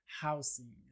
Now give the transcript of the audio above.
housing